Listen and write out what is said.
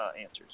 answers